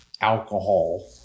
alcohol